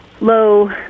low